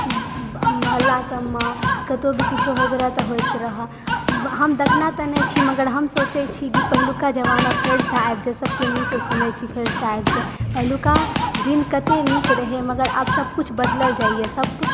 महल्ला सभमे कतहुँ भी किछु होइत रहय तऽ होइत रहऽ हम देखने तऽ नहि छी मगर हम सोचय छी कि पहिलुका जमाना फेरसँ आबि जाए सबके मुँहसँ सुनैत छी फेरसँ आबि जाय पहिलुका दिन कतय नीक रहय मगर आब सभ कुछ बदलल जाइए सभ कुछ